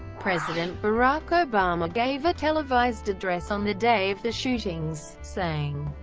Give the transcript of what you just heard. president barack obama gave a televised address on the day of the shootings, saying,